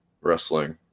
wrestling